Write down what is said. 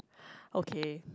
okay